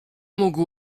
mógł